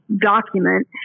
document